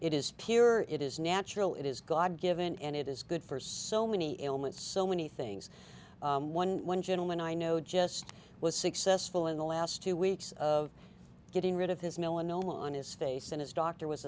it is pure it is natural it is god given and it is good for so many ailments so many things one one gentleman i know just was successful in the last two weeks of getting rid of his melanoma on his face and his doctor was